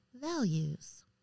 values